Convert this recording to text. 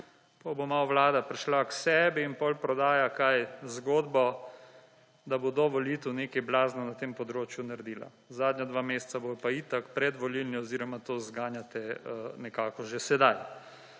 potem bo malo Vlada prišla k sebi, in potem prodaja, kaj, zgodbo, da bo do volitev nekaj blazno na tem področju naredila. Zadnja dva meseca bo pa itak predvolilni oziroma to zganjate nekako že sedaj.